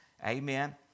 Amen